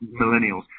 millennials